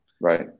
right